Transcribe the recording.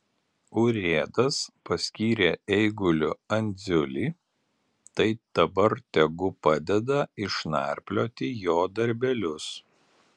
urėdas paskyrė eiguliu andziulį tai dabar tegu padeda išnarplioti jo darbelius